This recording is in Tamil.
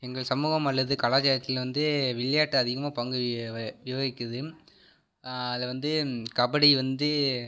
எங்கள் சமூகம் அல்லது கலாச்சாரத்தில் வந்து விளையாட்டு அதிகமாக பங்கு வகிக்கிறது அதில் வந்து கபடி வந்து